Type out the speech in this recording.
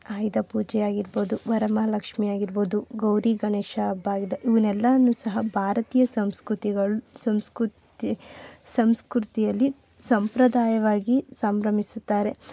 ಆಯುಧ ಪೂಜೆ ಆಗಿರಬೋದು ವರಮಹಾಲಕ್ಷ್ಮಿ ಆಗಿರಬೋದು ಗೌರಿ ಗಣೇಶ ಹಬ್ಬ ಆಗಿದೆ ಇವನೆಲ್ಲವೂ ಸಹ ಭಾರತೀಯ ಸಂಸ್ಕೃತಿಗಳ ಸಂಸ್ಕೃತಿ ಸಂಸ್ಕೃತಿಯಲ್ಲಿ ಸಂಪ್ರದಾಯವಾಗಿ ಸಂಭ್ರಮಿಸುತ್ತಾರೆ